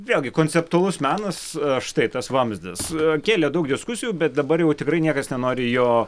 vėlgi konceptualus menas štai tas vamzdis kėlė daug diskusijų bet dabar jau tikrai niekas nenori jo